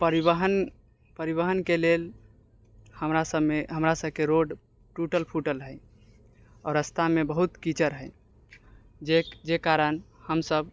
परिवहन परिवहनके लेल हमरा सभमे हमरा सभके रोड टुटल फुटल हय आओर रस्तामे बहुत कीचड़ हय जे जे कारण हमसभ